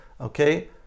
Okay